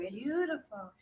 beautiful